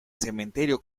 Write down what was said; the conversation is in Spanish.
cementerio